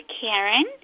Karen